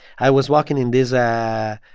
i was walking in this ah yeah